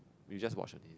you just watch only